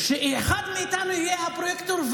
שאחד מאיתנו יהיה הפרויקטור,